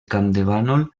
campdevànol